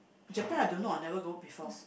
Japan I don't know I never go before